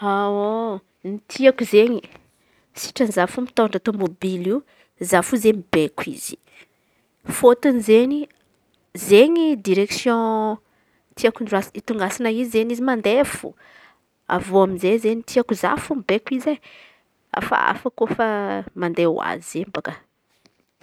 Ny tiako izen̈y sitrany za fô mitondra tômôbily io za fô izen̈y mibeko izy. Fôtony izen̈y, izen̈y direksiô tiako ito- itondrasan̈a izy izen̈y mande fô. Avy eo amy izey izen̈y za fô mibeko izy e hafahafa koa kôfa mande ho azy zey bôka.